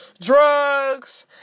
drugs